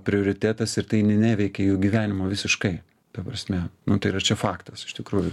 prioritetas ir tai ne neveikia jų gyvenimo visiškai ta prasme nu tai yra čia faktas iš tikrųjų